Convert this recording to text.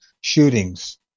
shootings